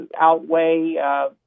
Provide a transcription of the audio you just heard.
outweigh